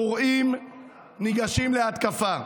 הפורעים ניגשים להתקפה.